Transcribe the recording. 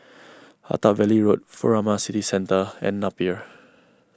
Attap Valley Road Furama City Centre and Napier